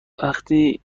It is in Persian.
وقتی